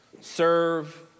Serve